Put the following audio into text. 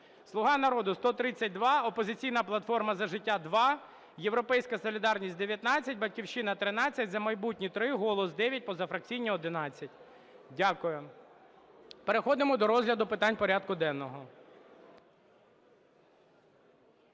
"Слуга народу" – 132, "Опозиційна платформа – За життя" – 2, "Європейська солідарність" – 19, "Батьківщина" – 13, "За майбутнє" – 3, "Голос" – 9, позафракційні – 11. Дякую. Переходимо до розгляду питань порядку денного.